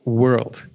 world